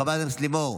חברת הכנסת לימור,